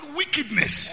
wickedness